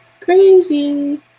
crazy